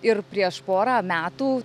ir prieš porą metų